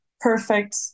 perfect